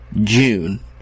June